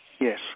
Yes